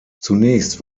zunächst